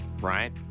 Right